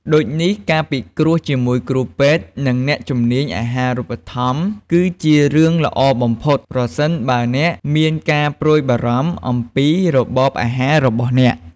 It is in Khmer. ដូចនេះ ការពិគ្រោះជាមួយគ្រូពេទ្យ ឬអ្នកជំនាញអាហារូបត្ថម្ភគឺជារឿងល្អបំផុត ប្រសិនបើអ្នកមានការព្រួយបារម្ភអំពីរបបអាហាររបស់អ្នក។